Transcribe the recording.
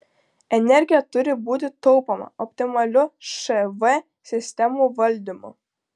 energija turi būti taupoma optimaliu šv sistemų valdymu